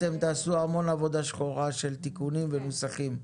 אתם תעשו המון עבודה שחורה של תיקונים ונוסחים.